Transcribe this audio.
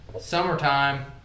summertime